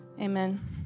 Amen